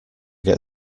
get